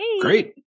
Great